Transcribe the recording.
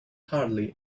hardly